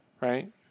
Right